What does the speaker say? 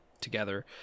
together